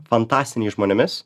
fantastiniais žmonėmis